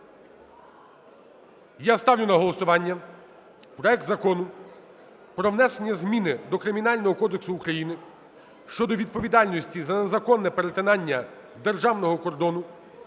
Я ставлю на голосування проект Закону про внесення зміни до Кримінального кодексу України щодо відповідальності за незаконне перетинання державного кордону.